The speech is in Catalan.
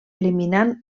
eliminant